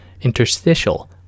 interstitial